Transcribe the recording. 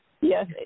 Yes